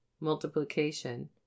multiplication